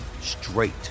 straight